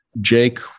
Jake